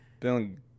feeling